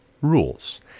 rules